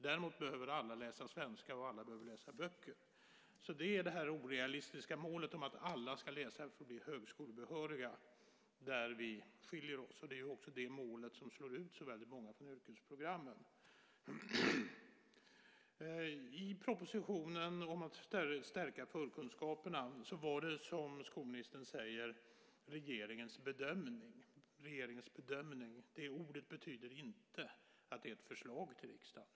Däremot behöver alla läsa svenska, och alla behöver läsa böcker. Det är alltså i fråga om det orealistiska målet att alla ska läsa för att bli högskolebehöriga som vi skiljer oss åt. Det är också det målet som slår ut så väldigt många från yrkesprogrammen. I propositionen om att stärka förkunskaperna handlade det om, som skolministern säger, regeringens bedömning. Det ordet betyder inte att det är ett förslag till riksdagen.